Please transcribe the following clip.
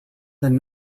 than